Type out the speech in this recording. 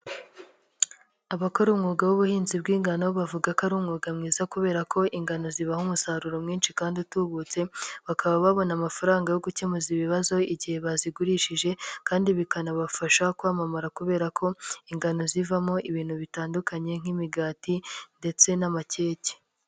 Abakora umwuga w'ubuhinzi bw'ingano bavuga ko ari umwuga mwiza kubera ko ingano zibaha umusaruro mwinshi kandi utubutse, bakaba babona amafaranga yo gukemuza ibibazo igihe bazigurishije kandi bikanabafasha kwamamara kubera ko ingano zivamo ibintu bitandukanye nk'imigati ndetse n'amakeke.